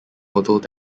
although